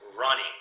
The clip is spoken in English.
running